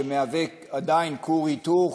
שמהווים עדיין כור היתוך,